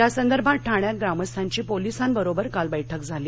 या संदर्भात ठाण्यात ग्रामस्थांची पोलिसांबरोबर काल बैठक झाली